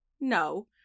No